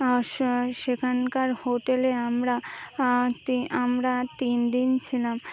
সেখানকার হোটেলে আমরা আমরা তিন দিন ছিলাম